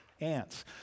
Ants